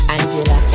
Angela